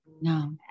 No